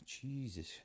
Jesus